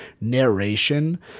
narration